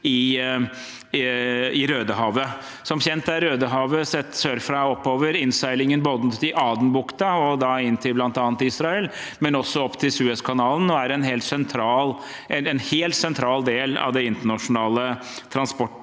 i Rødehavet. Som kjent er Rødehavet sett sørfra og oppover innseilingen til Adenbukta og til bl.a. Israel, men også opp til Suezkanalen. Det er en helt sentral del av det internasjonale transportsystemet.